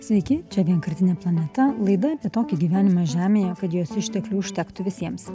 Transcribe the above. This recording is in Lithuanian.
sveiki čia vienkartinė planeta laida apie tokį gyvenimą žemėje kad jos išteklių užtektų visiems